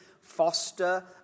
foster